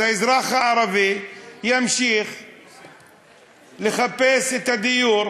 אז האזרח הערבי ימשיך לחפש את הדיור,